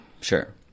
Sure